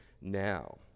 now